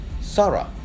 Sarah